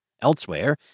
elsewhere